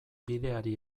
bideari